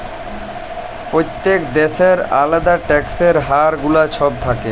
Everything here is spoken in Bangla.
প্যত্তেক দ্যাশের আলেদা ট্যাক্সের হার গুলা ছব থ্যাকে